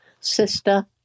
Sister